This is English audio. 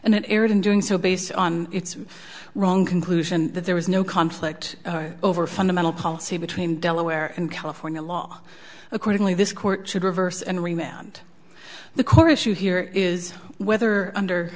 and it erred in doing so based on its wrong conclusion that there was no conflict over fundamental policy between delaware and california law accordingly this court should reverse and remained the core issue here is whether under